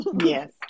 Yes